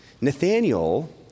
Nathaniel